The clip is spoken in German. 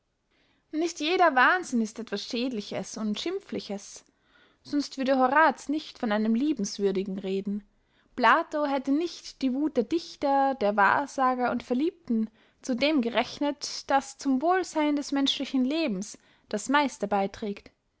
nicht jeder wahnsinn ist etwas schädliches und schimpfliches sonst würde horaz nicht von einem liebenswürdigen reden plato hätte nicht die wuth der dichter der wahrsager und verliebten zu dem gerechnet das zum wohlseyn des menschlichen lebens das meiste beyträgt